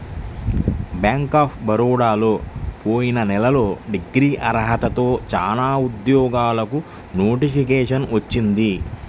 bank of బరోడాలో పోయిన నెలలో డిగ్రీ అర్హతతో చానా ఉద్యోగాలకు నోటిఫికేషన్ వచ్చింది